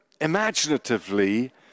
imaginatively